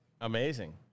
Amazing